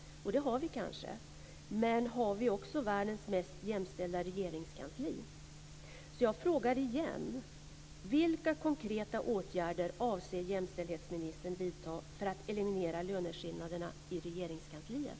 Det har vi kanske. Men har vi också världens mest jämställda Regeringskansli? Jag frågar återigen: Vilka konkreta åtgärder avser jämställdhetsministern vidta för att eliminera löneskillnaderna i Regeringskansliet?